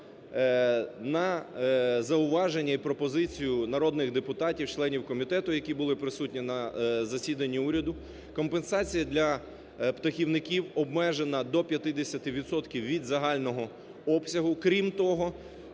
на зауваження і пропозицію народних депутатів, членів комітету, які були присутні на засіданні уряду, компенсація для птахівників обмежена до 50 відсотків від загального обсягу. Крім того,